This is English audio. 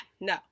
No